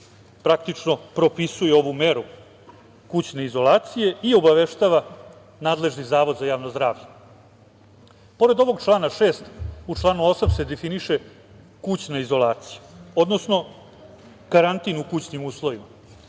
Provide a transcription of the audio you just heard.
praktično, propisuje ovu meru kućne izolacije i obaveštava nadležni Zavod za javno zdravlje. Pored ovog člana 6, u članu 8. se definiše kućna izolacija, odnosno karantin u kućnim uslovima.